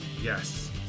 yes